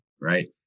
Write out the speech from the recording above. right